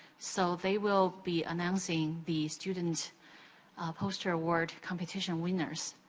so, they will be announcing the student poster award competition winners.